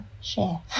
share